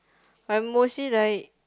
I'm mostly like